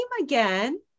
again